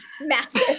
massive